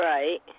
Right